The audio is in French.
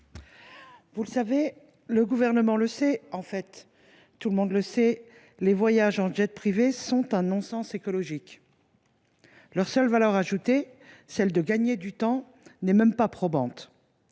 comme le Gouvernement le sait et, en fait, comme tout le monde le sait, les voyages en jet privé sont un non sens écologique. Leur seule valeur ajoutée, à savoir gagner du temps, n’est même pas probante.